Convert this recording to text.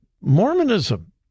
Mormonism